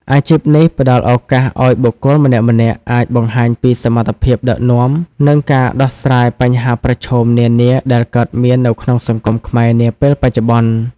អាជីពនេះផ្តល់ឱកាសឱ្យបុគ្គលម្នាក់ៗអាចបង្ហាញពីសមត្ថភាពដឹកនាំ និងការដោះស្រាយបញ្ហាប្រឈមនានាដែលកើតមាននៅក្នុងសង្គមខ្មែរនាពេលបច្ចុប្បន្ន។